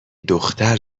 دختر